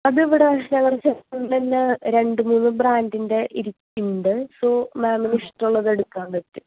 അത് ഇവിടെ ഷവർ ചെയ്യുമ്പോൾ തന്നെ രണ്ട് മൂന്ന് ബ്രാൻഡിൻ്റെ ഇരിക്കുന്നുണ്ട് അപ്പോൾ മാംമിന് ഇഷ്ടമുള്ളത് എടുക്കാൻ പറ്റും